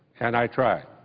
and i try.